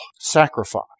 sacrifice